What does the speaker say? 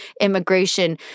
immigration